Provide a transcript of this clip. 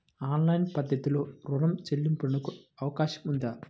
Online పద్ధతిలో రుణ చెల్లింపునకు అవకాశం ఉందా?